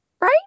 right